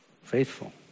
Faithful